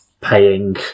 paying